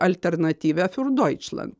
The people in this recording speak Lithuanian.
alternatyvia fiurdoičlend